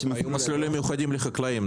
יש מסלול לחקלאים.